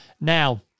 now